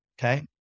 Okay